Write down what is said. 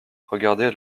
regardaient